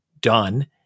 done